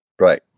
Right